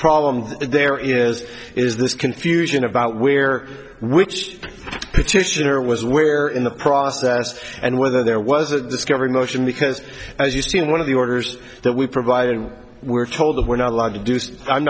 problem there is is this confusion about we're which petitioner was where in the process and whether there was a discovery motion because as you see in one of the orders that we provided we were told that we're not allowed to do